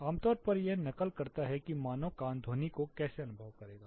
आमतौर पर यह नकल करता है कि मानव कान ध्वनि को कैसे अनुभव करता है